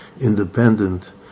independent